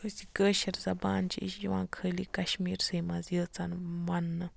یُس یہِ کٲشِر زبان چھِ یہِ چھِ یوان خٲلی کَشمیٖرسٕے منٛز یٲژَن وَننٛہٕ